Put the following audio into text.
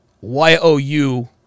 Y-O-U